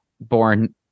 born